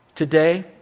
Today